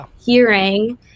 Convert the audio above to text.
hearing